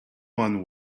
mind